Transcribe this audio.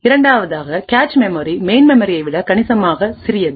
இரண்டாவதாக cache memory main மெமரியை விட கணிசமாக சிறியது